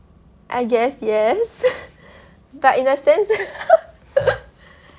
I guess yes but in a sense